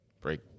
break